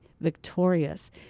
victorious